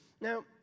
Now